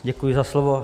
Děkuji za slovo.